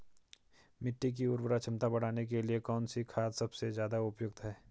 मिट्टी की उर्वरा क्षमता बढ़ाने के लिए कौन सी खाद सबसे ज़्यादा उपयुक्त है?